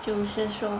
就是说